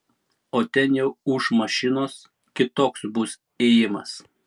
o ten jau ūš mašinos kitoks bus ėjimas